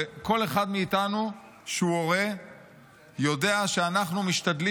כל אחד מאיתנו שהוא הורה יודע שאנחנו משתדלים